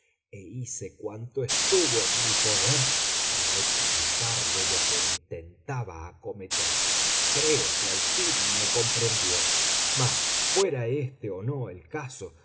hice cuanto estuvo en mi poder para explicarle lo que intentaba acometer creo que al fin me comprendió mas fuera éste o no el caso